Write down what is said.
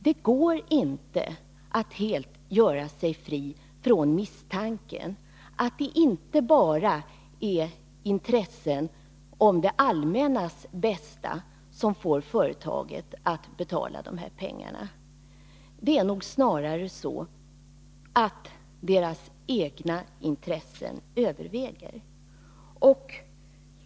Det går inte att helt göra sig fri från misstanken att det inte bara är intresse för det allmännas bästa som får företaget att betala de här pengarna. Det är nog snarare så att dess egna intressen överväger.